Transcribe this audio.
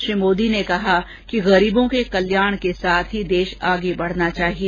श्री मोदी ने कहा कि गरीबों के कल्याण के साथ ही देश आगे बढना चाहिए